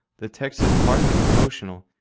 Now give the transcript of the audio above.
the text is partly promotional,